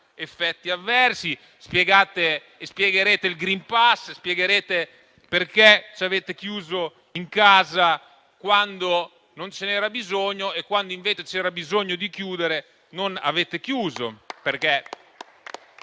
effetti avversi. Spiegate e spiegherete il *green pass*, spiegherete perché ci avete chiuso in casa quando non ce n'era bisogno e quando invece c'era bisogno di chiudere non avete chiuso.